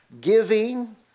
giving